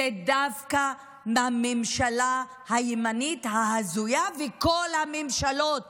זו דווקא הממשלה הימנית ההזויה וכל הממשלות